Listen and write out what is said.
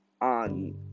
on